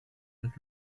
und